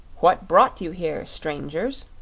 what brought you here, strangers?